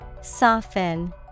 Soften